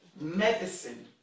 Medicine